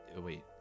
wait